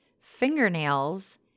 fingernails